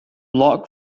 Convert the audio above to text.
log